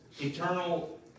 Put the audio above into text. eternal